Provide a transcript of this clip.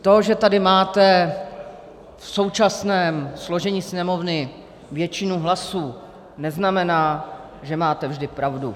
To, že tady máte v současném složení Sněmovny většinu hlasů, neznamená, že máte vždy pravdu.